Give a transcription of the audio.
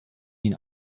ihn